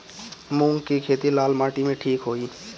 मूंग के खेती लाल माटी मे ठिक होई?